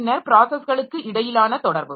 பின்னர் ப்ராஸஸ்களுக்கு இடையிலான தொடர்பு